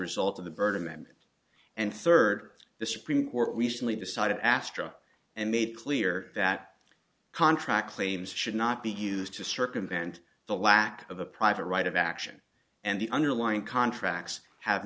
result of the bird amendment and third the supreme court recently decided astra and made clear that contract claims should not be used to circumvent the lack of a private right of action and the underlying contracts have